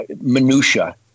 minutia